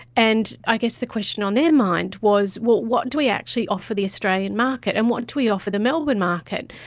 and i guess the question on their mind was, well, what do we actually offer the australian market and what do we offer the melbourne market?